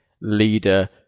leader